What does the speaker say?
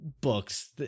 books